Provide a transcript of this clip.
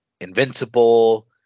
Invincible